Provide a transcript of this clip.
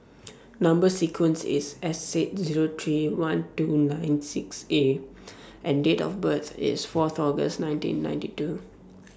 Number sequence IS S eight Zero three one two nine six A and Date of birth IS Fourth August nineteen ninety two